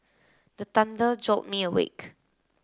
the thunder jolt me awake